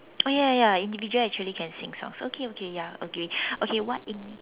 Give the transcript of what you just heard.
oh ya ya ya individual actually can sing songs okay okay ya okay what in~